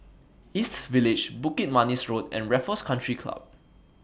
East Village Bukit Manis Road and Raffles Country Club